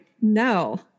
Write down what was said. No